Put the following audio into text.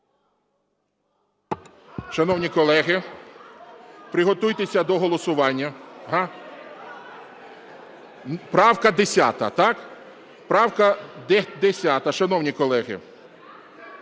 Шановні колеги, приготуйтеся до голосування. (Шум у залі) Правка 10, так? Правка 10. Шановні колеги,